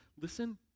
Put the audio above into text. listen